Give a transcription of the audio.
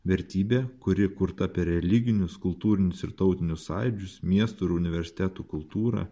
vertybė kuri kurta per religinius kultūrinius ir tautinius sąjūdžius miestų ir universitetų kultūrą